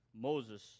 Moses